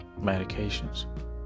medications